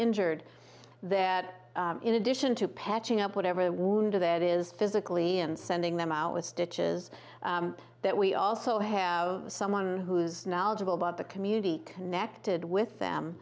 injured that in addition to patching up whatever wound that is physically and sending them out with stitches that we also have someone who's knowledgeable about the community connected